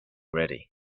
ready